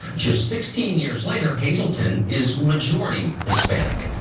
just sixteen years later hazleton is majority hispanic.